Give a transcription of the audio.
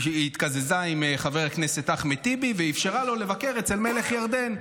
עם חבר הכנסת אחמד טיבי ואפשרה לו לבקר אצל מלך ירדן.